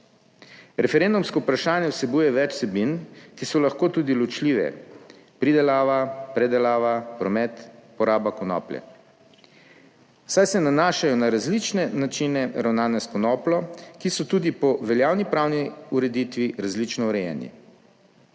Referendumsko vprašanje vsebuje več vsebin, ki so lahko tudi ločljive, pridelava, predelava, promet, poraba konoplje, saj se nanašajo na različne načine ravnanja s konopljo, ki so tudi po veljavni pravni ureditvi različno urejeni.